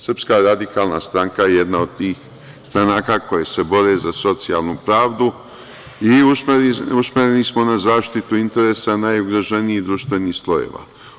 Srpska radikalna stranka je jedna od tih stranaka koje se bore za socijalnu pravdu i usmereni smo na zaštitu interesa najugroženijih društvenih slojeva.